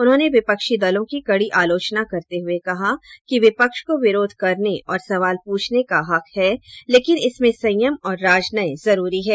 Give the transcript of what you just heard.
उन्होंने विपक्षी दलों की कड़ी आलोचना करते हुए कहा कि विपक्ष को विरोध करने और सवाल पूछने का हक है लेकिन इसमें संयम और राजनय जरूरी है